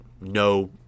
no